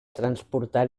transportar